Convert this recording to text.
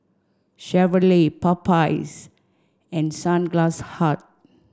Chevrolet Popeyes and Sunglass Hut